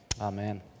Amen